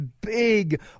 big